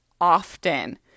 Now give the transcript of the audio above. often